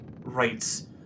rights